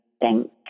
thank